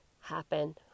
happen